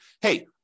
hey